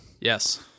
Yes